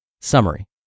Summary